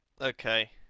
Okay